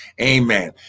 Amen